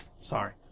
Sorry